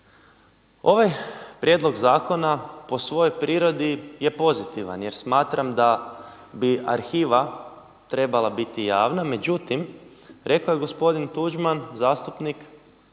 Ovaj prijedlog zakona po svojoj prirodi je pozitivan jer smatram da bi arhiva trebala biti javna. Međutim, rekao je gospodin Tuđman zastupnik